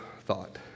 thought